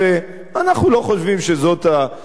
אנחנו לא חושבים שזאת הדרך הנכונה.